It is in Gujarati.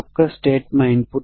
હવે ચાલો આપણે ઉદાહરણ લઈએ